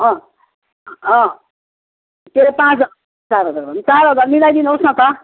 त्यो पाँच चार हजार भने चार हजार मिलाइदिनु होस् न त